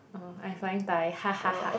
oh I'm flying Thai